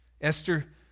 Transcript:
Esther